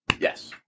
Yes